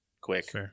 quick